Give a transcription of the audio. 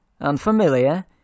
unfamiliar